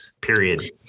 period